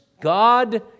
God